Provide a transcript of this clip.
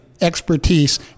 expertise